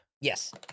yes